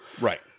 Right